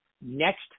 next